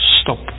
stop